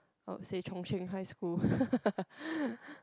I would say chung-cheng High School